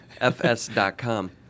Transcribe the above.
FS.com